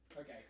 Okay